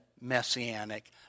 Messianic